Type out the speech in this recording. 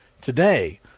today